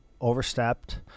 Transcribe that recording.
overstepped